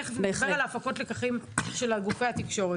תכף נדבר על הפקות לקחים של גופי התקשורת.